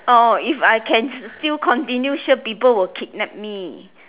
oh if I can still continue sure people will kidnap me